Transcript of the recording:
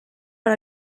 per